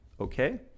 okay